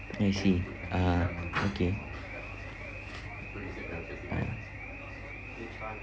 I see uh okay ah